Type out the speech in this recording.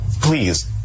Please